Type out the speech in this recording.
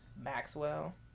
Maxwell